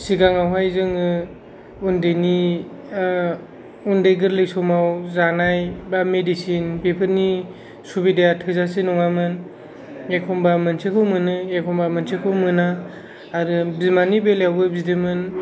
सिगाङावहाय जोङो उन्दैनि उन्दै गोरलै समाव जानाय बा मेडिसिन बेफोरनि सुबिदाया थोजासे नङामोन एखनबा मोनसेखौ मोनो एखनबा मोनसेखौ मोना आरो बिमानि बेलायावबो बिदिमोन